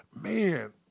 man